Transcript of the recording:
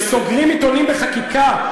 שסוגרים עיתונים בחקיקה.